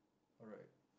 alright